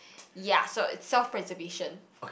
ya so it's self preservation